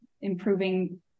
improving